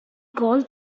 called